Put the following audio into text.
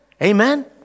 Amen